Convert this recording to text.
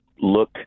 look